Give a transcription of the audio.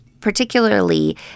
particularly